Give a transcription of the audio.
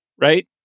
right